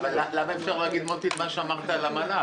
למה אי אפשר להגיד את מה שאמרת גם בעניין המל"ג?